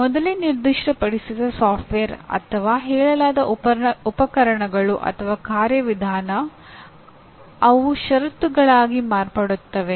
ಮೊದಲೇ ನಿರ್ದಿಷ್ಟಪಡಿಸಿದ ಸಾಫ್ಟ್ವೇರ್ ಅಥವಾ ಹೇಳಲಾದ ಉಪಕರಣಗಳು ಅಥವಾ ಕಾರ್ಯವಿಧಾನ ಅವು ಷರತ್ತುಗಳಾಗಿ ಮಾರ್ಪಡುತ್ತವೆ